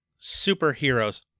superheroes